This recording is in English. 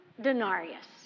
denarius